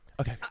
Okay